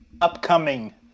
upcoming